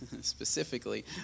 specifically